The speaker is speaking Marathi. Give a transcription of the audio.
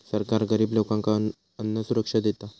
सरकार गरिब लोकांका अन्नसुरक्षा देता